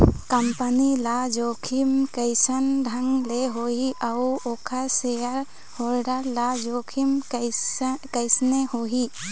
Company ल जोखिम कइसन ढंग ले होही अउ ओखर सेयर होल्डर ल जोखिम कइसने होही?